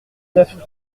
neuf